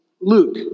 Luke